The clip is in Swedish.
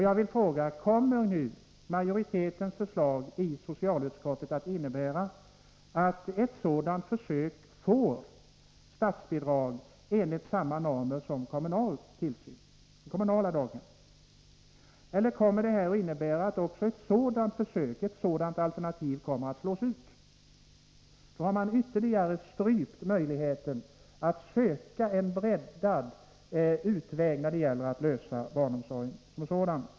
Jag vill fråga: Kommer förslaget från majoriteten i socialutskottet att innebära att ett sådant försök får statsbidrag enligt samma normer som kommunala daghem, eller kommer också ett sådant här alternativ att slås ut? I så fall har man ytterligare strypt möjligheten att söka en breddad utväg när det gäller att lösa barnomsorgsfrågan som sådan.